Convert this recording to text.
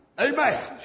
Amen